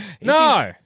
No